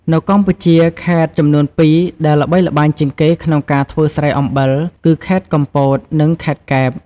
នៅកម្ពុជា ខេត្តចំនួនពីរដែលល្បីល្បាញជាងគេក្នុងការធ្វើស្រែអំបិលគឺ ខេត្តកំពត និងខេត្តកែប។